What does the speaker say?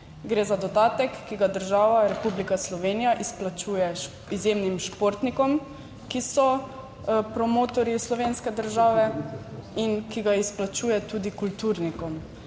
gre za dodatek, ki ga država Republika Slovenija izplačuje izjemnim športnikom, ki so promotorji slovenske države in ki ga izplačuje tudi kulturnikom.